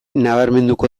nabarmenduko